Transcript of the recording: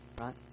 Right